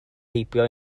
heibio